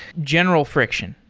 general friction